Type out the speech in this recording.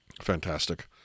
Fantastic